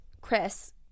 chris